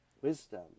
wisdom